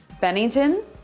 bennington